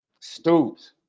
stoops